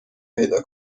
پیدا